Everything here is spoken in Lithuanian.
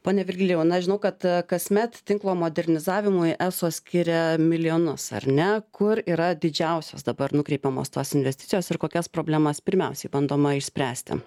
pone virgilijau na žinau kad kasmet tinklo modernizavimui eso skiria milijonus ar ne kur yra didžiausios dabar nukreipiamos tos investicijos ir kokias problemas pirmiausiai bandoma išspręsti